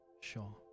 sure